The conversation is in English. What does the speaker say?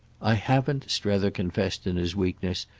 i haven't, strether confessed in his weakness,